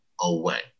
away